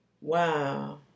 Wow